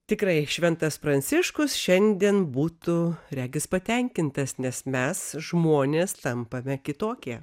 tikrai šventas pranciškus šiandien būtų regis patenkintas nes mes žmonės tampame kitokie